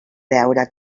veure